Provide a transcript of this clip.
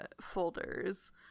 folders